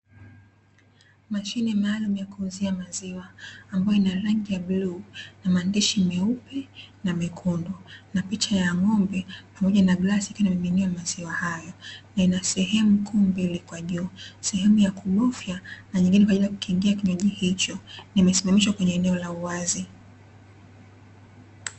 Mashine maalumu ya kuuzia maziwa ambayo ina rangi ya bluu na maandishi meupe na mekundu na picha ya ng'ombe pamoja na glasi ikiwa inamiminiwa maziwa hayo na ina sehemu kuu mbili kwa juu, sehemu ya kubofya na nyingine kwa ajili ya kukingia kinywaji hicho na imesimamishwa kwenye eneo la uwazi.